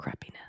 crappiness